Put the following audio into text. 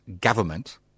government